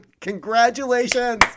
congratulations